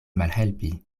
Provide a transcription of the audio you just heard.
malhelpi